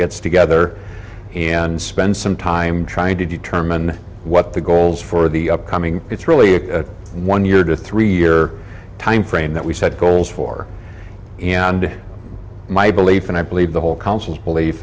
gets together and spend some time trying to determine what the goals for the upcoming it's really a one year to three year time frame that we set goals for and my belief and i believe the whole council belief